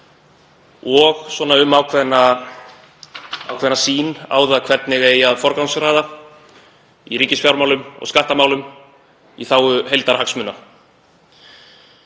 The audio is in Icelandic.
og um ákveðna sýn á það hvernig eigi að forgangsraða í ríkisfjármálum og skattamálum í þágu heildarhagsmuna.